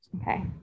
Okay